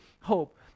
hope